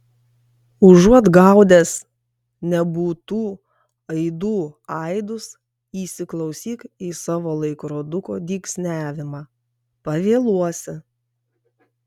užuot gaudęs nebūtų aidų aidus įsiklausyk į savo laikroduko dygsniavimą pavėluosi